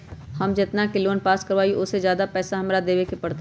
हम जितना के लोन पास कर बाबई ओ से ज्यादा पैसा हमरा देवे के पड़तई?